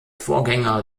vorgänger